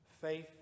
faith